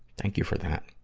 thank you for that.